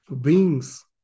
beings